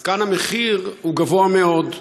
אז כאן המחיר הוא גבוה מאוד.